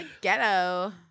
ghetto